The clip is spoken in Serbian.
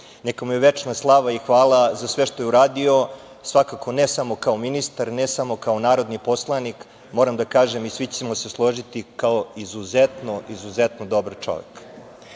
Neka mu je večna slava i hvala za sve što je uradio, svakako ne samo kao ministar, ne samo kao narodni poslanik, moram da kažem i svi ćemo se složiti, kao izuzetno, izuzetno dobar čovek. Danas